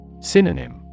Synonym